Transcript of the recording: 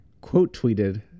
quote-tweeted